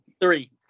Three